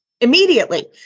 Immediately